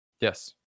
Yes